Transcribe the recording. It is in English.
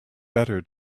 better